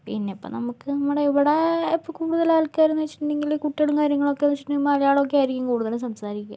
പിന്നിപ്പം നമുക്ക് നമ്മുടെ ഇവിടെ ഇപ്പോൾ കൂടുതലാൾക്കാരെന്ന് വച്ചിട്ടുണ്ടെങ്കില് കുട്ടികള് കാര്യങ്ങളൊക്കെന്ന് വച്ചിട്ടുണ്ടെങ്കിൽ മലയാളോക്കെയായിരിക്കും കൂടുതലും സംസാരിക്കുക